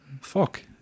fuck